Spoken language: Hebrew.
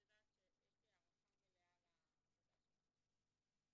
את יודעת שיש לי הערה מלאה לעבודה שלכם.